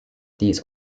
these